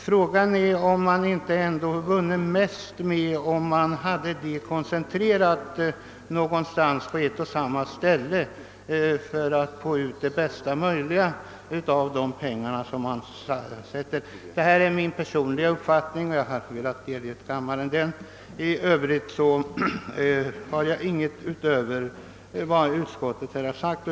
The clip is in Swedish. Fråga är, om man ändå inte vunne mest på att ha väganslagen koncentrerade på en hand för att få ut det mesta möjliga av de pengar som man satsar. Detta är min personliga uppfattning, som jag velat deklarera inför kammarens ledamöter. Jag har i övrigt inget att anföra utöver vad utskottet skrivit.